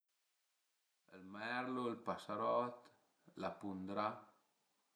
Ël merlu, ël pasarot, la pundrà